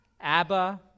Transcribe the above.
Abba